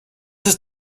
ist